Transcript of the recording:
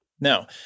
Now